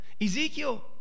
Ezekiel